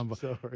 sorry